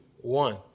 one